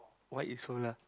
white is solar